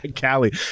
Callie